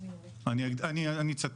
אני אצטט.